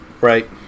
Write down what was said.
Right